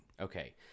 Okay